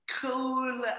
cool